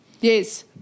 Yes